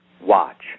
Watch